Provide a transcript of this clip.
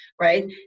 right